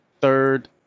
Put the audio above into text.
third